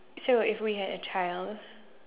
so if we had a child